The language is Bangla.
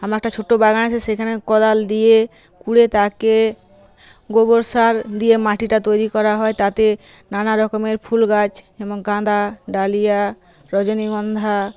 আমার একটা ছোট্ট বাগান আছে সেখানে কোদাল দিয়ে খুঁড়ে তাকে গোবর সার দিয়ে মাটিটা তৈরি করা হয় তাতে নানা রকমের ফুল গাছ এবং গাঁদা ডালিয়া রজনীগন্ধা